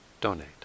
donate